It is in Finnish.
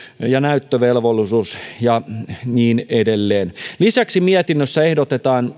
ja ja näyttövelvollisuus ja niin edelleen lisäksi mietinnössä ehdotetaan